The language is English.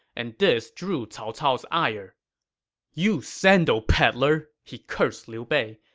and this drew cao cao's ire you sandal peddler! he cursed liu bei.